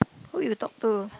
who you talk to